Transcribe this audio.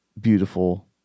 Beautiful